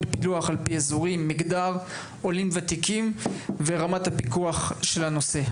על פי אזורים; מגדר; עולים ותיקים; ורמת הפיקוח של הנושא.